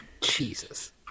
Jesus